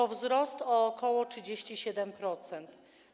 To wzrost o ok. 37%.